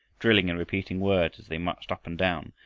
drilling, and repeating words as they marched up and down,